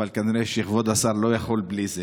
אבל כנראה שכבוד השר לא יכול בלי זה.